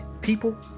People